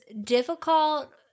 difficult